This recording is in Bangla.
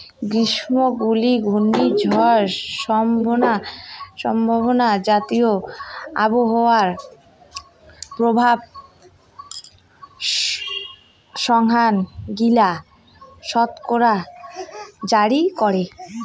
গ্রীষ্মমণ্ডলীয় ঘূর্ণিঝড় সম্ভাবনা জাতীয় আবহাওয়া পূর্বাভাস সংস্থা গিলা সতর্কতা জারি করে